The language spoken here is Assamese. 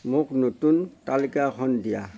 মোক নতুন তালিকাখন দিয়া